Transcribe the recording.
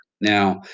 Now